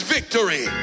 Victory